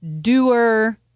doer